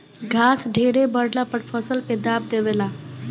घास ढेरे बढ़ला पर फसल के दाब देवे ला